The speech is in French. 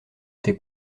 été